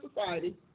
society